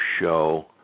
show